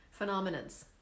phenomenons